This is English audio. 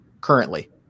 currently